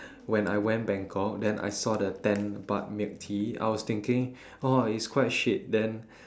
when I went Bangkok then I saw the ten baht milk tea I was thinking oh it's quite shit then